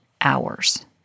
hours